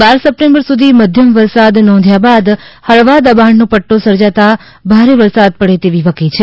બાર September સુધી મધ્યમ વરસાદ નોંધ્યા બાદ હળવા દબાણનો પદ્દો સર્જાતા ભારે વરસાદ પડે તેવી વકી છે